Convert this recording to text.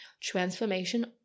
transformation